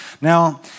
Now